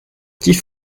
dix